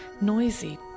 noisy